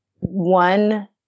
one